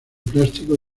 plástico